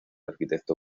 arquitecto